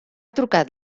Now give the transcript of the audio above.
trucat